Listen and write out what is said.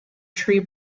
tree